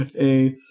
Eight